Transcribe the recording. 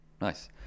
Nice